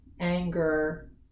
anger